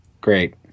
Great